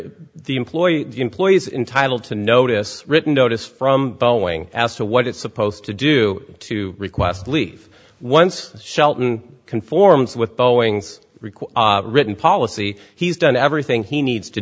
the employee employees entitle to notice written notice from boeing as to what it's supposed to do to request leave once shelton conforms with boeing's written policy he's done everything he needs to